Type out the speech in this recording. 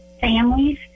families